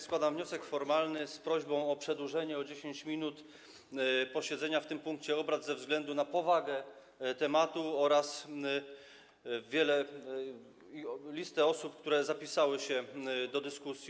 Składam wniosek formalny z prośbą o przedłużenie o 10 minut posiedzenia w tym punkcie obrad ze względu na powagę tematu oraz długą listę osób, które zapisały się do dyskusji.